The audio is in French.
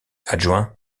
adjoint